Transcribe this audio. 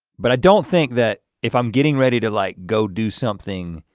but i don't think that, if i'm getting ready to like go do something